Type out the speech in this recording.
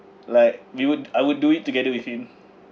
like we would I would do it together with him